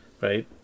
Right